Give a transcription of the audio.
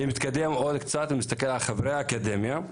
אני מתקדם עוד קצת ומסתכל על חברי האקדמיה.